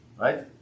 Right